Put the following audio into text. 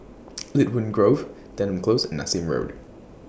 Lynwood Grove Denham Close and Nassim Road